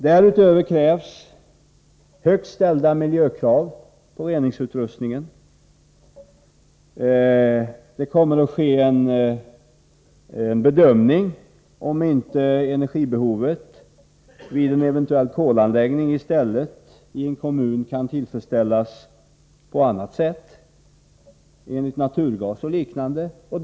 Därutöver krävs högt ställda miljökrav på reningsutrustningen. Det kommer att bedömas om inte energibehovet i en kommun med kolanläggning kan tillgodoses på annat sätt, t.ex. genom naturgas.